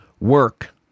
work